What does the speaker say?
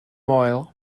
moel